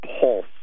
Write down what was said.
pulse